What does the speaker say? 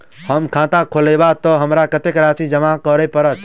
हम खाता खोलेबै तऽ हमरा कत्तेक राशि जमा करऽ पड़त?